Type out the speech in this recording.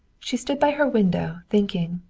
she stood by her window, thinking.